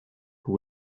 who